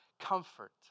Comfort